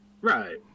Right